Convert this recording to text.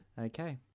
Okay